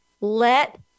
let